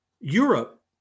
Europe